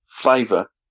Flavor